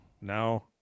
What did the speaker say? now